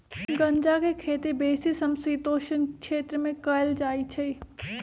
गञजा के खेती बेशी समशीतोष्ण क्षेत्र में कएल जाइ छइ